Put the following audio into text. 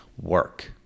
work